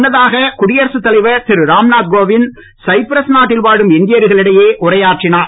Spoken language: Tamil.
முன்னதாக குடியரசு தலைவர் திரு ராம்நாத் கோவிந்த் சைப்ரஸ் நாட்டில் வாழும் இந்தியர்களிடையே உரையாற்றினார்